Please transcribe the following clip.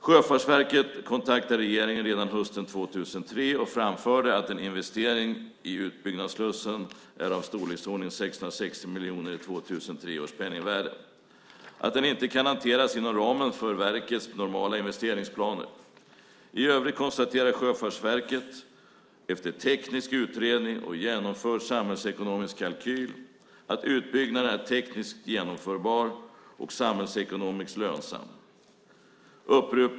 Sjöfartsverket kontaktade regeringen redan hösten 2003 och framförde att en investering i utbyggnad av slussen är av en sådan storleksordning, 660 miljoner i 2003 års penningvärde, att den inte kan hanteras inom ramen för verkets normala investeringsplaner. I övrigt konstaterade Sjöfartsverket, efter teknisk utredning och genomförd samhällsekonomisk kalkyl, att utbyggnaden är tekniskt genomförbar och samhällsekonomiskt lönsam.